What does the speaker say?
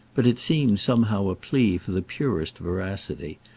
but it seemed somehow a plea for the purest veracity,